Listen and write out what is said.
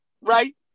right